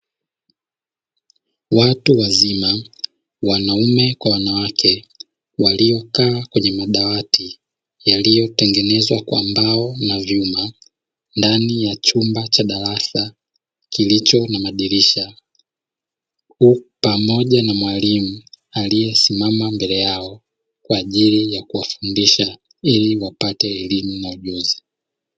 Watu wazima, wanaume kwa wanawake waliokaa kwenye madawati yaliotengenezwa kwa mbao na vyuma ndani ya chumba cha darasa kilicho na madirisha pamoja na mwalimu aliyesimama mbele yao kwa ajili ya kuwafundisha ili wapate elimu na ujuzi.